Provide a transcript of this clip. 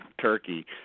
Turkey